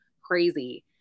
crazy